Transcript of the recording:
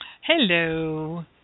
Hello